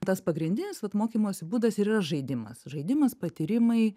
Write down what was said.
tas pagrindinis vat mokymosi būdas ir yra žaidimas žaidimas patyrimai